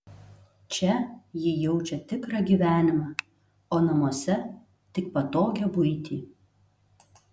čia ji jaučia tikrą gyvenimą o namuose tik patogią buitį